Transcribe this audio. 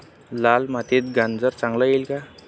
लाल मातीत गाजर चांगले येईल का?